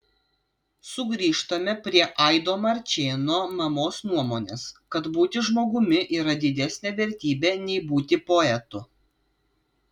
sugrįžtame prie aido marčėno mamos nuomonės kad būti žmogumi yra didesnė vertybė nei būti poetu